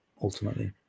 ultimately